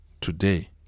today